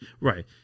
Right